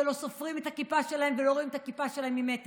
ולא סופרים את הכיפה שלהם ולא רואים את הכיפה שלהם ממטר,